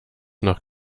noch